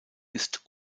ist